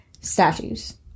statues